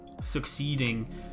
succeeding